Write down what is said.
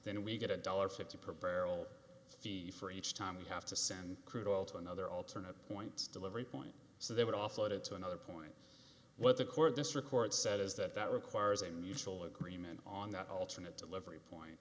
then we get a dollar fifty per barrel fee for each time we have to send crude oil to another alternative points delivery point so they would offload it to another point what the core of this record said is that that requires a mutual agreement on that alternate delivery point